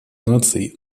наций